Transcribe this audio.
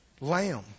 lamb